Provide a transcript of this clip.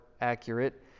accurate